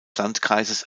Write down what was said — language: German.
landkreises